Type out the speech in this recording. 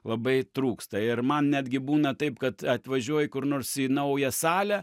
labai trūksta ir man netgi būna taip kad atvažiuoji kur nors į naują salę